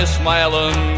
smiling